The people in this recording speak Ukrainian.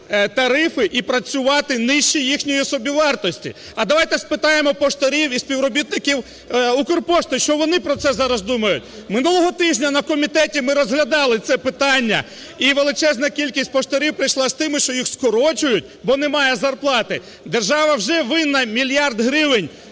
тарифи і працювати нижче їхньої собівартості. А давайте спитаємо поштарів і співробітників "Укрпошти", що вони про це зараз думають. Минулого тижня на комітеті ми розглядали це питання, і величезна кількість поштарів прийшла з тим, що їх скорочують, бо немає зарплати. Держава вже винна 1 мільярд гривень